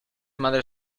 madre